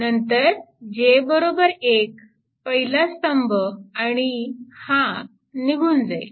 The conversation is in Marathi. नंतर j 1 पहिला स्तंभ आणि हा निघून जाईल